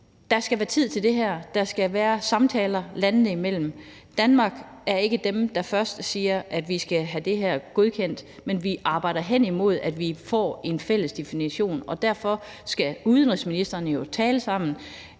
Der skal være tid til det her. Der skal være samtaler landene imellem. Danmark er ikke dem, der først siger, at vi skal have det her godkendt, men vi arbejder hen imod, at vi får en fælles definition. Derfor skal udenrigsministrene jo tale sammen,